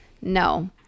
no